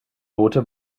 note